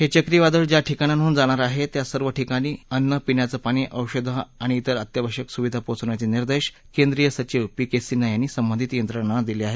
हे चक्रीवादळ ज्या ठिकाणांडून जाणार आहे त्या सर्व ठिकाणी अन्न पिण्याचं पाणी औषधं आणि तिर अत्यावशक सुविधा पोचवण्याचे निर्देश केंद्रीय सचीव पी के सिन्हा यांनी संबधित यंत्रणांना दिले आहेत